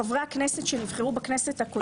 חברי הכנסת שנבחרו בכנסת הקודמת,